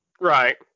Right